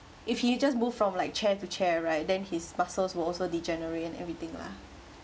if he just move from like chair to chair right then his muscles will also degenerate and everything lah